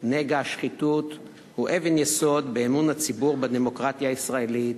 נגע השחיתות הוא אבן יסוד באמון הציבור בדמוקרטיה הישראלית,